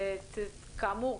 כאמור,